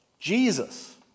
Jesus